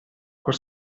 col